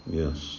yes